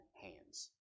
hands